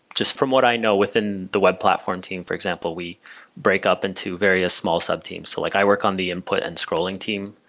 just from what i know within the web platform team for example, we break up into various small sub teams. so like i work on the input and scrolling team.